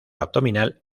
abdominal